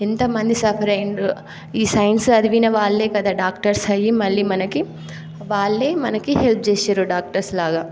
ఎంత మంది సఫర్ అయ్యారో ఈ సైన్సు చదివిన వాళ్ళే కదా డాక్టర్స్ అయి మళ్ళీ మనకి వాళ్ళే మనకి హెల్ప్ చేసారు డాక్టర్స్ లాగా